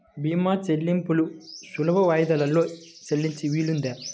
భీమా చెల్లింపులు సులభ వాయిదాలలో చెల్లించే వీలుందా?